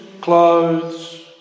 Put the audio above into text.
clothes